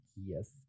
Yes